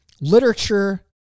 Literature